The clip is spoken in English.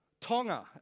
Tonga